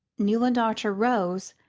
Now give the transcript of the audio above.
newland archer rose,